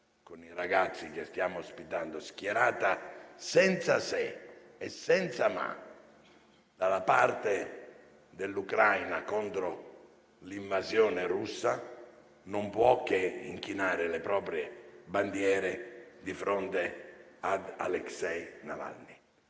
con i ragazzi che stiamo ospitando - senza se e senza ma dalla parte dell'Ucraina contro l'invasione russa, non può che inchinare le proprie bandiere di fronte ad Aleksej Navalny.